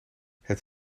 het